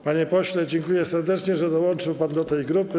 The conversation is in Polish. Panie pośle, dziękuję serdecznie, że dołączył pan do tej grupy.